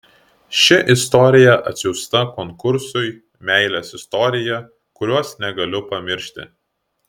ši istorija atsiųsta konkursui meilės istorija kurios negaliu pamiršti